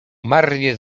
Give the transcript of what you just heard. marnie